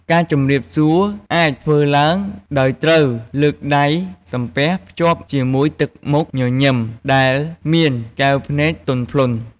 ការជម្រាបសួរ អាចធ្វើឡើងដោយត្រូវលើកដៃសំពះភ្ជាប់ជាមួយទឹកមុខញញឹមដែលមានកែវភ្នែកទន់ភ្លន់។